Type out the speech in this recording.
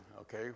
okay